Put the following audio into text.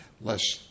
less